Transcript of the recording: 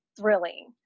thrilling